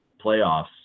playoffs